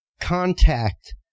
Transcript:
contact